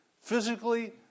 physically